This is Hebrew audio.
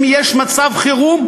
אם יש מצב חירום,